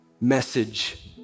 message